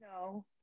No